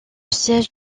siège